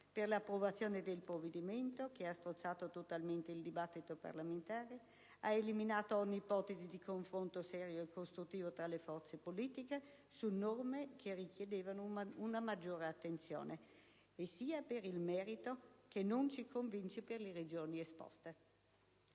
nell'approvazione del provvedimento, che ha strozzato totalmente il dibattito parlamentare e ha eliminato ogni ipotesi di confronto serio e costruttivo tra le forze politiche su norme che richiedevano una maggiore attenzione, sia per il merito, che non ci convince per le ragioni esposte.